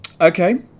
Okay